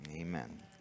Amen